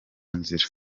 nzira